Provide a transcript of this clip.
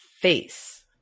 face